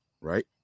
Right